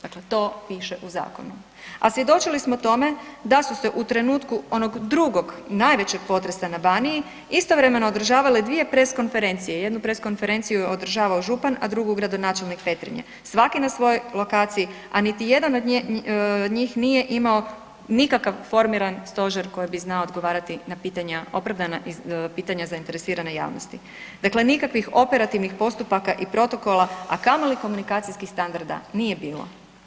Dakle, to piše u Zakonu, a svjedočili smo tome, da su se u trenutku onog drugog, najvećeg potresa na Baniji istovremeno održavale dvije press konferencije, jednu press konferenciju je održavao župan, a drugu gradonačelnik Petrinje, svaki na svojoj lokaciji, a niti jedan od njih nije imao nikakav formirani stožer koji bi znao odgovarati na pitanja opravdana i pitanja zainteresirane javnosti, dakle nikakvih operativnih postupaka i protokola, a kamoli komunikacijskih standarda nije bilo.